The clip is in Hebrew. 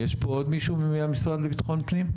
יש פה עוד מישהו מהמשרד לביטחון פנים?